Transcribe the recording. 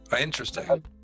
Interesting